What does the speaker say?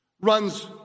runs